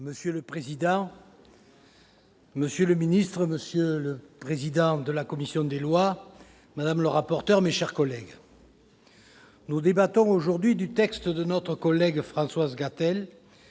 Monsieur le président, monsieur le ministre, monsieur le président de la commission des lois, madame le rapporteur, mes chers collègues, nous débattons aujourd'hui de la proposition de loi de Mme Françoise Gatel